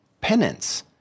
penance